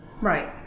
Right